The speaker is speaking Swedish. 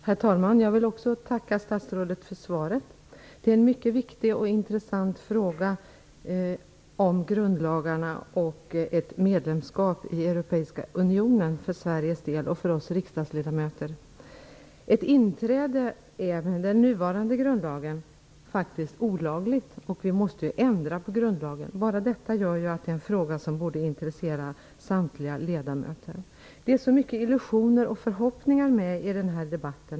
Herr talman! Också jag vill tacka statsrådet för svaret. Det är en för Sveriges del och för oss riksdagsledamöter en mycket viktig och intressant fråga om grundlagarna och ett medlemskap i Ett inträde är med den nuvarande grundlagen faktiskt olagligt. Vi måste ändra på grundlagen. Enbart detta gör att det är en fråga som borde intressera samtliga ledamöter. Det finns så många illusioner och förhoppningar med i denna debatt.